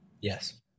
Yes